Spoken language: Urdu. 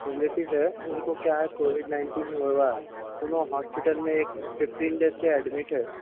ریلیٹو ہے ان کو کیا ہے کووڈ نائنٹین ہوا ہوا ہے انہوں ہاسپیٹل میں ایک ففٹین ڈیز سے ایڈمٹ ہے